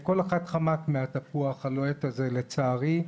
וכל אחד חמק מהתפוח הלוהט הזה לצערי.